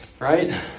Right